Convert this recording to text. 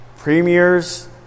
Premiers